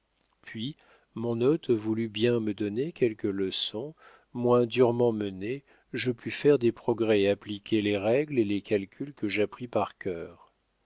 puis mon hôte voulut bien me donner quelques leçons moins durement mené je pus faire des progrès appliquer les règles et les calculs que j'appris par cœur